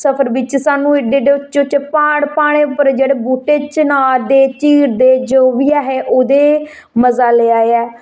सफर बिच सानूं एड्डे एड्डे उच्चे उच्चे प्हाड़ प्हाडे़ें उप्पर जेह्ड़े बूह्टे चिनार दे चीड़ दे जो बी ऐहे ओह्दे मजा लैआ ऐ